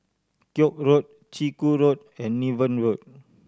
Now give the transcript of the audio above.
Koek Road Chiku Road and Niven Road